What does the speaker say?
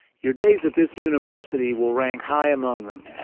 your days at this university will rank high among them.